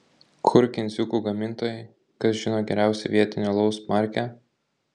kur kindziukų gamintojai kas žino geriausią vietinio alaus markę